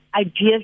ideas